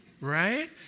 Right